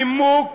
הנימוק